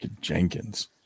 Jenkins